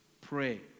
Pray